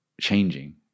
changing